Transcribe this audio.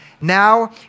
now